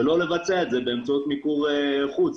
לבצע את זה באמצעות מיקור חוץ,